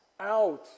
out